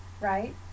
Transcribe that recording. right